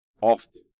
often